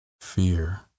fear